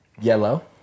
Yellow